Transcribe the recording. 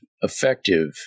effective